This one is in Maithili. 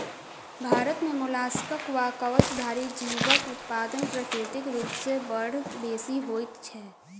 भारत मे मोलास्कक वा कवचधारी जीवक उत्पादन प्राकृतिक रूप सॅ बड़ बेसि होइत छै